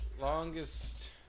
Longest